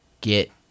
Get